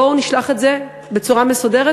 בואו נשלח אותה בצורה מסודרת.